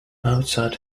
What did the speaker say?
mozart